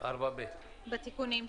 בתיקונים שהקראתי.